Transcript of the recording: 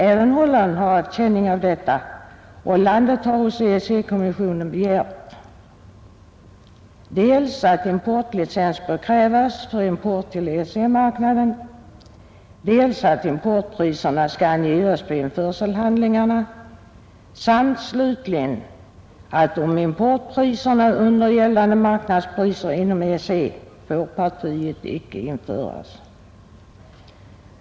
Även Holland har haft känning av dessa, och landet har hos EEC-kommissionen begärt dels att importlicens bör krävas för import till EEC-marknaden, dels att importpriserna skall angivas på införselhandlingarna, dels slutligen att om importpriserna är under gällande marknadspriser inom EEC skall partiet icke få införas.